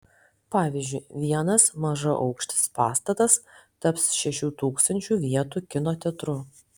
pavyzdžiui vienas mažaaukštis pastatas taps šešių tūkstančių vietų kino teatru